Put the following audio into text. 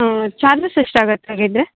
ಹಾಂ ಚಾರ್ಜಸ್ ಎಷ್ಟಾಗತ್ತೆ ಹಾಗಿದ್ರೇ